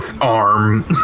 arm